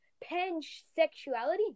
Pan-sexuality